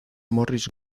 morris